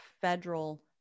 federal